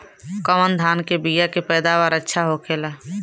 कवन धान के बीया के पैदावार अच्छा होखेला?